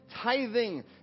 tithing